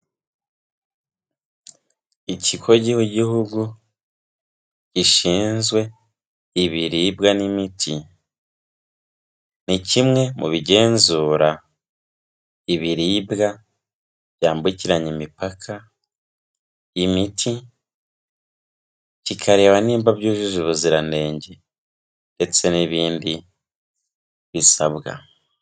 Ikigo k'igihugu gishinzwe ibiribwa n'imiti ni kimwe mu bigenzura ibiribwa byambukiranya imipaka, imiti kikareba nimba byujuje ubuziranenge ndetse n'ibindi bisabwa.